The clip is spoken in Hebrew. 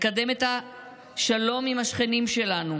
לקדם את השלום עם השכנים שלנו,